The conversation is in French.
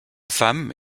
femme